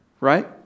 Right